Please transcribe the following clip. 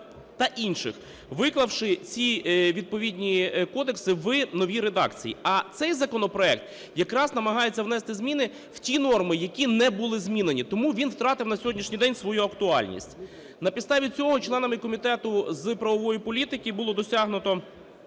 та інших – виклавши ці відповідні кодекси в новій редакції. А цей законопроект якраз намагається внести зміни в ті норми, які не були змінені, тому він втратив на сьогоднішній день свою актуальність. На підставі цього членами Комітету з правової політики було досягнуто